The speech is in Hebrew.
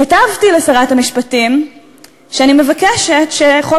כתבתי לשרת המשפטים שאני מבקשת שחוק